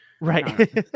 Right